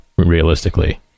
realistically